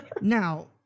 Now